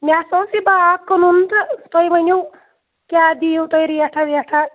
مےٚ ہَسا اوس یہِ باغ کٕنُن تہٕ تُہۍ ؤنِو کیٛاہ دِیِو تُہۍ ریٹھاہ ویٹھاہ